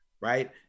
right